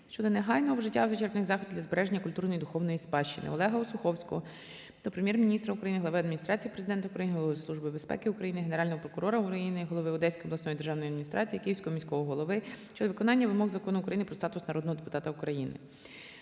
щодо негайного вжиття вичерпних заходів для збереження культурної і духовної спадщини. Олега Осуховського до Прем'єр-міністра України, Глави Адміністрації Президента України, Голови Служби безпеки України, Генерального прокурора України, голови Одеської обласної державної адміністрації, Київського міського голови щодо виконання вимог Закону України "Про статус народного депутата України".